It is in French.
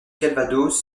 calvados